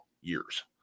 years